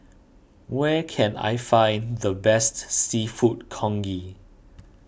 where can I find the best Seafood Congee